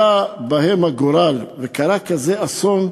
שהכה בה הגורל וקרה לה כזה אסון,